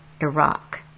Iraq